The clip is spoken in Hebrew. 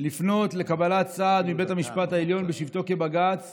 לפנות לקבלת סעד מבית המשפט העליון בשבתו כבג"ץ